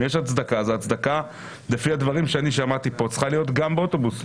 אם יש הצדקה - לפי הדברים ששמעתי כאן ההצדקה צריכה להיות גם באוטובוסים.